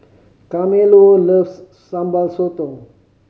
Carmelo loves Sambal Sotong